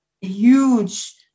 huge